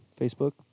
Facebook